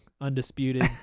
undisputed